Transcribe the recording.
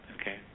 Okay